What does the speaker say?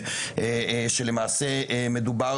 שלמעשה מדובר,